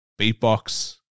beatbox